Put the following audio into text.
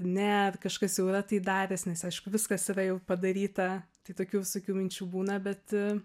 ne ar kažkas jau yra tai daręs nes aišku viskas yra jau padaryta tai tokių visokių minčių būna bet